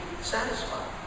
satisfied